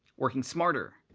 working smarter,